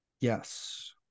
Yes